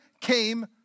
came